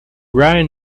ryan